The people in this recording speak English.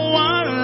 one